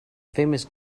famous